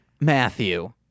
Matthew